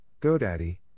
GoDaddy